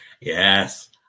Yes